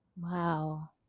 Wow